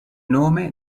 nome